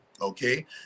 Okay